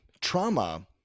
trauma